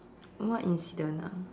what incident ah